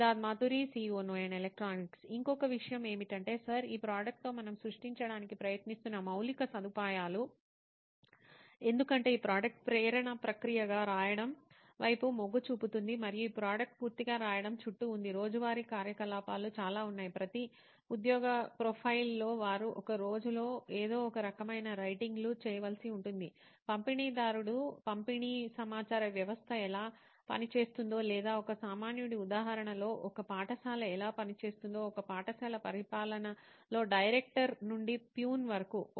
Siddharth Maturi CEO నోయిన్ electronics ఇంకొక విషయం ఏమిటంటే సర్ ఈ ప్రోడక్ట్ తో మనం సృష్టించడానికి ప్రయత్నిస్తున్న మౌలిక సదుపాయాలు ఎందుకంటే ఈ ప్రోడక్ట్ ప్రేరణ ప్రక్రియగా రాయడం వైపు మొగ్గు చూపుతుంది మరియు ఈ ప్రోడక్ట్ పూర్తిగా రాయడం చుట్టూ ఉంది రోజువారీ కార్యకలాపాలు చాలా ఉన్నాయి ప్రతి ఉద్యోగ ప్రొఫైల్లో వారు ఒక రోజులో ఏదో ఒక రకమైన రైటింగ్ లు చేయవలసి ఉంటుంది పంపిణీదారుడు పంపిణీ సమాచార వ్యవస్థ ఎలా పనిచేస్తుందో లేదా ఒక సామాన్యుడి ఉదాహరణలో ఒక పాఠశాల ఎలా పనిచేస్తుందో ఒక పాఠశాల పరిపాలన లో డైరెక్టర్ నుండి ప్యూన్ వరకు